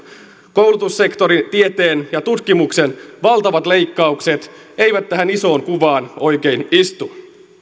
koulutussektorin tieteen ja tutkimuksen valtavat leikkaukset eivät tähän isoon kuvaan oikein istu